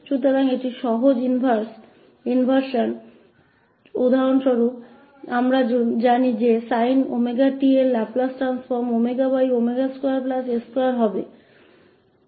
तो यह सरल इनवर्स है उदाहरण के लिए हम जानते हैं कि sin 𝑤𝑡 का लाप्लास परिवर्तनws2w2हैं